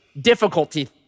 difficulty